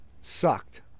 Sucked